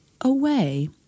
away